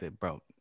bro